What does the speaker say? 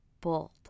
bold